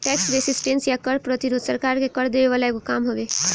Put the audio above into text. tax resistance या कर प्रतिरोध सरकार के कर देवे वाला एगो काम हवे